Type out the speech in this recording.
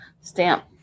stamp